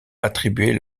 attribuer